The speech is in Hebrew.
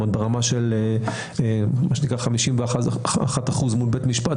ברמה של מה נקרא 51 אחוזים מול בית משפט.